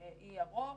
אי ירוק,